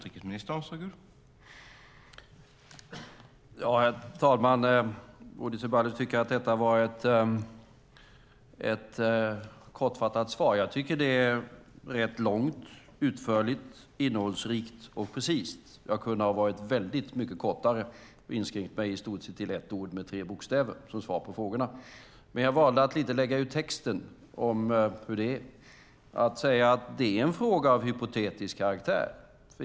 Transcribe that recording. Herr talman! Bodil Ceballos tycker att detta var ett kortfattat svar. Jag tycker att det är rätt långt, utförligt, innehållsrikt och precist. Det kunde ha varit väldigt mycket kortare. Jag hade kunnat inskränka mig till i stort sett ett ord med tre bokstäver som svar på frågorna, men jag valde att lägga ut texten lite om hur det är och säga att det är en fråga av hypotetisk karaktär.